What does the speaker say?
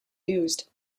used